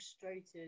frustrated